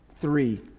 Three